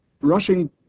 rushing